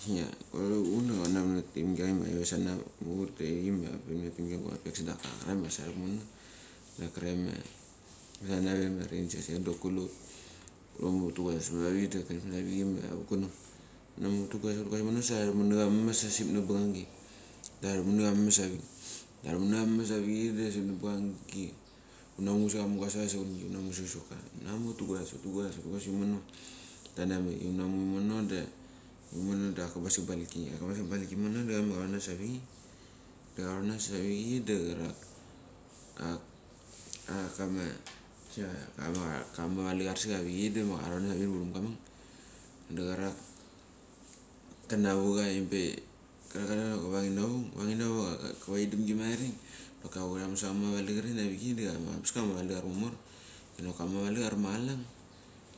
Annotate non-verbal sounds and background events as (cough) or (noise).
Kisnia hutane (noise) hura team igia na vuk, ma hut feirik ma, hura teamgi ma guapex da kraik ma saremono da kre ma, gta nave ma ranges. Doki kulehut, kulehut ma hutugus hunana avichei da glemna nania vichie vaekuneng. Hunamu hutugus tugas sa ta chuman na mesmes sa sip na bungangi ta chumun nama mesmes avik, ta chumun nama mesmes do sip na bungi. Hunam sa amungas save saugi, hunamu sa soccer, hunamu hutugas, hutugas im ono, ta na mechik, hunami imono da da imonoda achek ka base balki. Ka base balkimono da ma ka chonanas avichal da kerak, achek achek qkama kisina kamu ama kamu avalechar secha avichei dama ka chonagi (unintelligible) da puchem ga mek do kerak kenga vega ibe, kerak ka chia ka vang i navuk va kevendemgi marik, doki ava ramasaga kamu ava lecherini avichei da ama ambas kamu ava leacher mamor. Dok kamu ava lecher machalak,